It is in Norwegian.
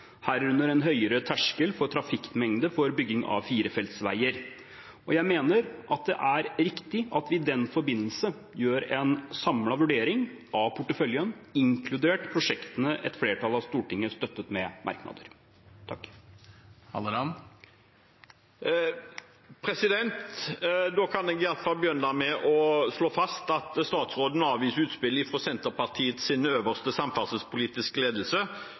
herunder en høyere terskel for trafikkmengde for bygging av firefeltsveier, og jeg mener det er riktig at vi i den forbindelse gjør en samlet vurdering av porteføljen, inkludert prosjektene som et flertall av Stortinget støttet med merknader. Da kan jeg iallfall begynne med å slå fast at statsråden avviser utspillet fra Senterpartiets øverste samferdselspolitiske ledelse